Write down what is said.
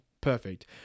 perfect